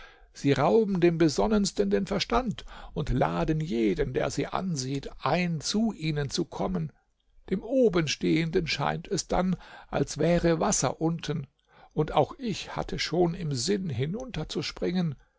sie rauben dem besonnensten den verstand und laden jeden der sie ansieht ein zu ihnen zu kommen dem oben stehenden scheint es dann als wäre wasser unten und auch ich hatte schon im sinn